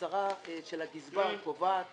ההצהרה של הגזבר קובעת